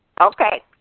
Okay